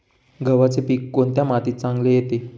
गव्हाचे पीक कोणत्या मातीत चांगले येते?